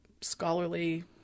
scholarly